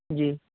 جی